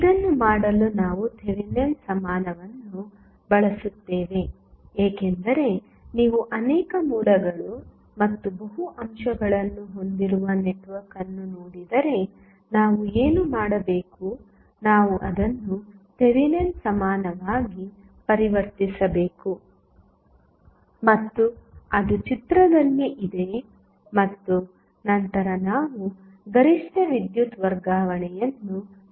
ಇದನ್ನು ಮಾಡಲು ನಾವು ಥೆವೆನಿನ್ ಸಮಾನವನ್ನು ಬಳಸುತ್ತೇವೆ ಏಕೆಂದರೆ ನೀವು ಅನೇಕ ಮೂಲಗಳು ಮತ್ತು ಬಹು ಅಂಶಗಳನ್ನು ಹೊಂದಿರುವ ನೆಟ್ವರ್ಕ್ ಅನ್ನು ನೋಡಿದರೆ ನಾವು ಏನು ಮಾಡಬೇಕು ನಾವು ಅದನ್ನು ಥೆವೆನಿನ್ ಸಮಾನವಾಗಿ ಪರಿವರ್ತಿಸಬೇಕು ಮತ್ತು ಅದು ಚಿತ್ರದಲ್ಲಿ ಇದೆ ಮತ್ತು ನಂತರ ನಾವು ಗರಿಷ್ಠ ವಿದ್ಯುತ್ ವರ್ಗಾವಣೆಯನ್ನು ವಿಶ್ಲೇಷಿಸಬಹುದು